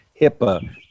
HIPAA